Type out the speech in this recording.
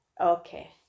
Okay